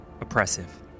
Oppressive